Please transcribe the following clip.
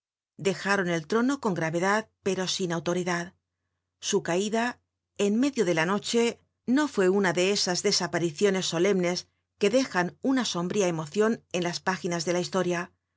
dejaron el trono con gravedad pero sin au toridad su caida en medio de la noche no fue una de esas desapariciones solemnes que dejan una sombría emocion en las páginas de la historia